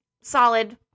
solid